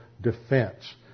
defense